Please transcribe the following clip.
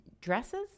dresses